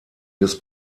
des